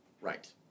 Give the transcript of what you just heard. Right